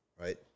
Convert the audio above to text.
right